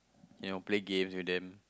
you know play games with them